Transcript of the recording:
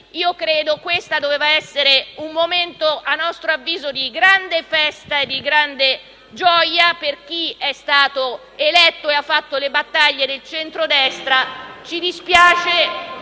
soddisfare. Questo doveva essere un momento - a nostro avviso - di grande festa e gioia per chi è stato eletto e ha fatto le battaglie nel centrodestra. Ci dispiace